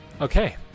Okay